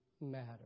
matter